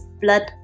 blood